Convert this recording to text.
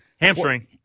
Hamstring